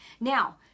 Now